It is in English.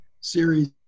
series